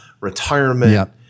retirement